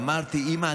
אמרתי: אימא,